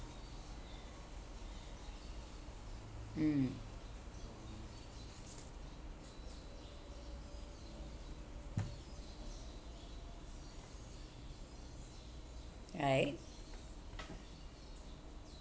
mm right